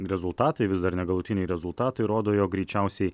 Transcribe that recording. rezultatai vis dar negalutiniai rezultatai rodo jog greičiausiai